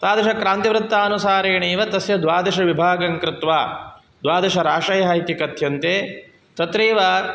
तादृशक्रान्तिवृत्तानुसारेणैव तस्य द्वादशविभागं कृत्वा द्वादशराशयः इति कथ्यन्ते तत्रैव